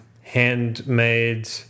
handmade